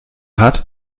hat